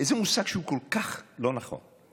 איזה מושג שהוא כל כך לא נכון.